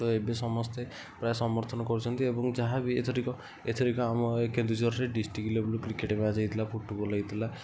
ତ ଏବେ ସମସ୍ତେ ପ୍ରାୟ ସମର୍ଥନ କରୁଛନ୍ତି ଏବଂ ଯାହା ବି ଏଥରକ ଏଥରକ ଆମ ଏ କେନ୍ଦୁଝରରେ ଡିଷ୍ଟ୍ରିକ୍ଟ ଲେବୁଲ୍ କ୍ରିକେଟ୍ ମ୍ୟାଚ୍ ହେଇଥିଲା ଫୁଟବଲ ହେଇଥିଲା